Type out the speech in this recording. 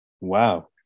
Wow